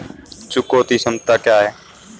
चुकौती क्षमता क्या है?